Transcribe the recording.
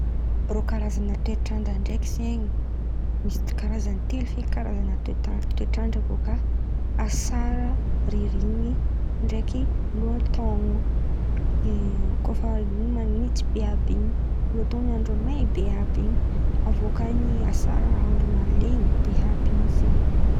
Rô Karazan̈a toetr'andra ndraiky zen̈y misy karàzan̈y elo feky Karazan̈a toetr'andra bôka: asara, ririniny ndraiky lohataon̈o koa fa ririniny andra manintsy be àaby in̈y lohataon̈o andra may be àby in̈y, aveo kà asara andra mahalen̈y be àby in̈y.